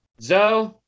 zoe